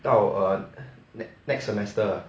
到 err next semester ah